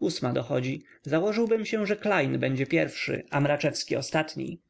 ósma dochodzi założyłbym się że klejn będzie pierwszy a mraczewski ostatni